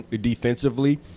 defensively